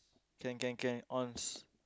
can can can on